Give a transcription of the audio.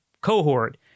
cohort